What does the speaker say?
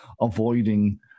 avoiding